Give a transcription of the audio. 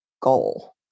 goal